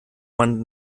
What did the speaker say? man